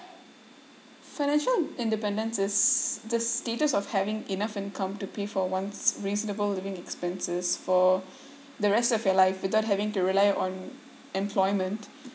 financial independence is the status of having enough income to pay for one's reasonable living expenses for the rest of your life without having to rely on employment